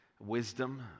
Wisdom